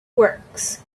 works